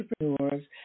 entrepreneurs